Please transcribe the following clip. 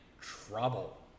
trouble